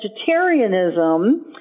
vegetarianism